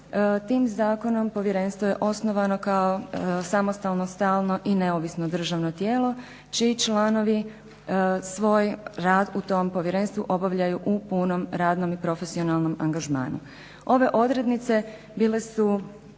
tim zakonom Povjerenstvo je osnovano kao samostalno, stalno i neovisno državno tijelo čiji članovi svoj rad u tom povjerenstvu obavljaju u punom radnom i profesionalnom angažmanu. Ove odrednice bile su